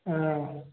आँ